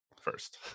first